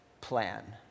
plan